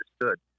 understood